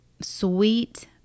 sweet